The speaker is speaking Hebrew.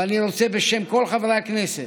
אבל אני רוצה, בשם כל חברי הכנסת,